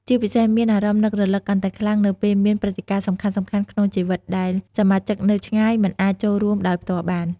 ជាពិសេស មានអារម្មណ៍នឹករលឹកកាន់តែខ្លាំងនៅពេលមាន ព្រឹត្តិការណ៍សំខាន់ៗក្នុងជីវិត ដែលសមាជិកនៅឆ្ងាយមិនអាចចូលរួមដោយផ្ទាល់បាន។